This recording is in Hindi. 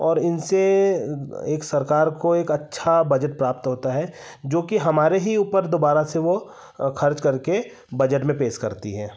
और इनसे एक सरकार को एक अच्छा बजट प्राप्त होता है जो कि हमारे ही ऊपर दोबारा से वह खर्च करके बजट में पेश करती है